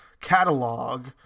catalog